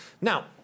Now